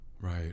Right